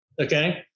Okay